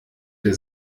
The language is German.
der